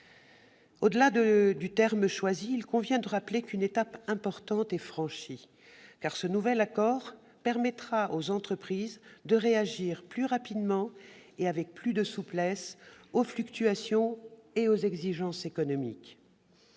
Au-delà du terme choisi, il convient de rappeler qu'une étape importante est franchie, car ce nouvel accord permettra aux entreprises de réagir plus rapidement et avec plus de souplesse aux fluctuations et aux exigences économiques.